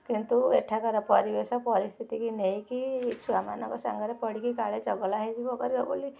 କିନ୍ତୁ ଏଠାକାର ପରିବେଶ ପରିସ୍ଥିତିକୁ ନେଇକି ଛୁଆମାନଙ୍କ ସାଙ୍ଗରେ ପଡ଼ିକି କାଳେ ଚଗଲା ହେଇଯିବ କରିବ ବୋଲି